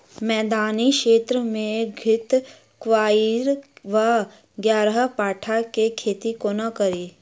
मैदानी क्षेत्र मे घृतक्वाइर वा ग्यारपाठा केँ खेती कोना कड़ी?